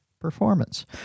performance